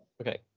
okay